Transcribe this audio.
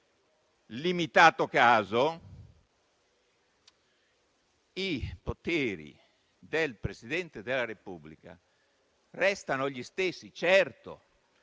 limitato caso, i poteri del Presidente della Repubblica restano gli stessi. Certo,